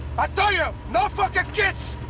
but you, no fucking kids!